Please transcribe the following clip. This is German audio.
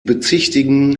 bezichtigen